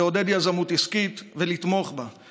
לעודד יזמות עסקית ולתמוך בה,